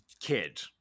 kid